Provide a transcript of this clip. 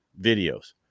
videos